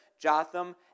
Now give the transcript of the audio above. Jotham